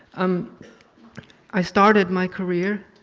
um i started my career